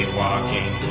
walking